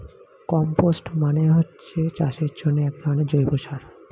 compost মানে হচ্ছে চাষের জন্যে একধরনের জৈব সার